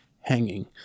hanging